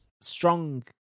strong